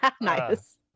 nice